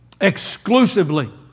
Exclusively